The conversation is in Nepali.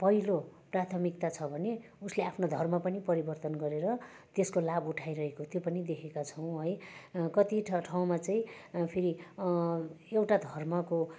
पहिलो प्राथमिकता छ भने उसले आफ्नो धर्म पनि परिवर्तन गरेर त्यसको लाभ उठाइरहेको त्यो पनि देखेका छौँ है कति ठ ठाउँमा चाहिँ फेरि एउटा धर्मको